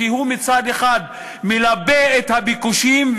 כי הוא מצד אחד מלבה את הביקושים,